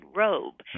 robe